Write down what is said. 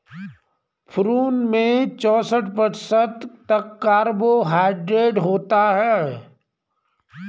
prune में चौसठ प्रतिशत तक कार्बोहायड्रेट होता है